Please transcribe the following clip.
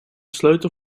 sleutel